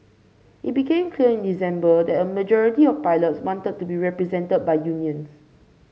it became clear in December that a majority of pilots wanted to be represented by unions